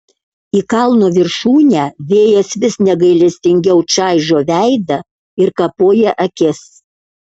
į kalno viršūnę vėjas vis negailestingiau čaižo veidą ir kapoja akis